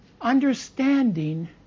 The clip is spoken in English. understanding